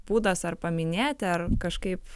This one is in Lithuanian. būdas ar paminėti ar kažkaip